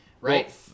right